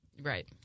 Right